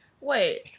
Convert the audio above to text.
Wait